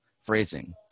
phrasing